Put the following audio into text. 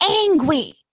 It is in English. angry